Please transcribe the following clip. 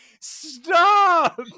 stop